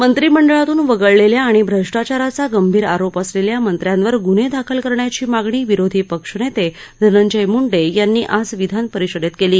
मंत्रिमंडळातून वगळलेल्या आणि भ्रष्टाचाराचा गंभीर आरोप असलेल्या मंत्र्यांवर गुन्हे दाखल करण्याची मागणी विरोधी पक्षनेते धनंजय मुंडे यांनी आज विधानपरिषदेत केली